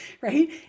right